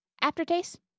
aftertaste